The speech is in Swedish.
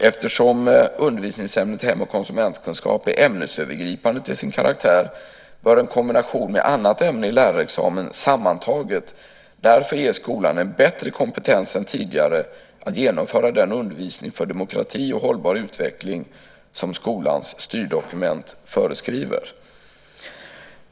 Eftersom undervisningsämnet hem och konsumentkunskap är ämnesövergripande till sin karaktär bör en kombination med annat ämne i lärarexamen sammantaget ge skolan en bättre kompetens än tidigare att genomföra den undervisning för demokrati och hållbar utveckling som skolans styrdokument föreskriver.